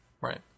right